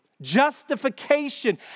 Justification